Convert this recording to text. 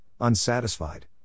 unsatisfied